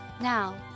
now